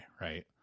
right